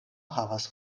havas